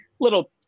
little